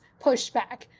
pushback